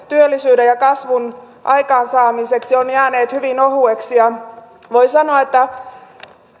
työllisyyden ja kasvun aikaansaamiseksi ovat jääneet hyvin ohuiksi ja voi sanoa että